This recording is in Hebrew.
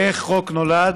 איך חוק נולד?